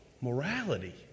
morality